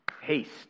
haste